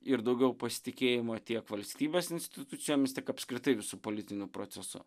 ir daugiau pasitikėjimo tiek valstybės institucijomis tiek apskritai visu politiniu procesu